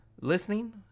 listening